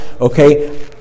okay